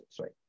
right